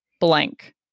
blank